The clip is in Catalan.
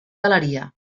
galeria